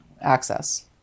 access